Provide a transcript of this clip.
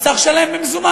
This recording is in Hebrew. צריך לשלם במזומן.